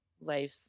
life